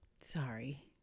Sorry